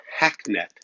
hacknet